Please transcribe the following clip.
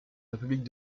république